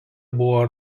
buvo